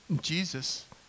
Jesus